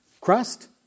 Crust